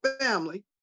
family